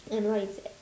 and what is that